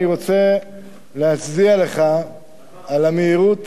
אני רוצה להצדיע לך על המהירות